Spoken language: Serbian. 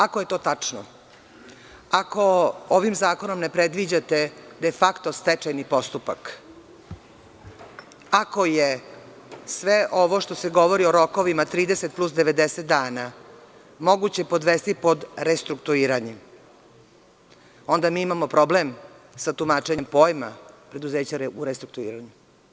Ako je to tačno, ako ovim zakonom ne predviđate de fakto stečajni postupak, ako je sve ovo što se govori o rokovima 30 plus 90 dana moguće podvesti pod restrukturiranje, onda mi imamo problem sa tumačenjem pojma preduzeća u restrukturiranju.